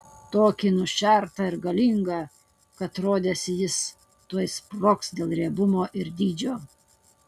tokį nušertą ir galingą kad rodėsi jis tuoj sprogs dėl riebumo ir dydžio